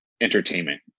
entertainment